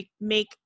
make